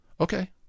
Okay